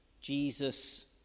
Jesus